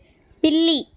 పిల్లి